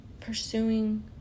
pursuing